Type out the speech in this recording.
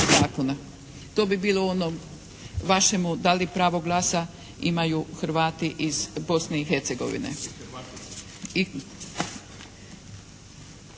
To bi bilo ono vašemu da li pravo glasa imaju Hrvati iz Bosne i Hercegovine.